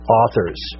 authors